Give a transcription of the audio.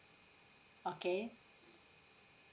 okay